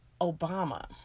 Obama